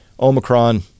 Omicron